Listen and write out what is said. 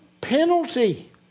penalty